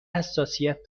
حساسیت